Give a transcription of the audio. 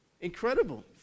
Incredible